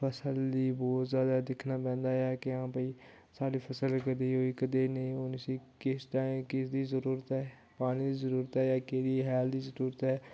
फसल दी बहोत जादा दिक्खना पेंदा ऐ कि आं भाई साढ़ी फसल कदें होई कदें नेईं होन सी किस टाइम किस दी जरूरत ऐ पानी दी जरूरत ऐ जां केह्दी हैल दी जरूरत ऐ